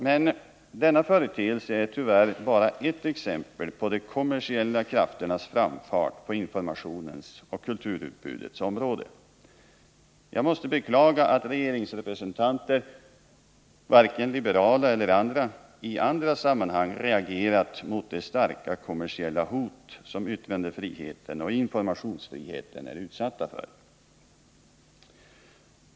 Men denna företeelse är tyvärr bara ett exempel på de kommersiella krafternas framfart på informationens och kulturutbudets område. Jag måste beklaga att regeringsrepresentanter — vare sig liberala eller andra — inte i några andra sammanhang reagerat mot det starka kommersiella hot som yttrandefriheten och informationsfriheten är utsatta för.